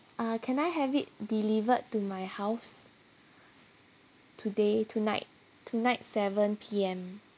uh can I have it delivered to my house today tonight tonight seven P_M